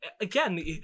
Again